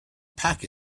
pack